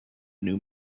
new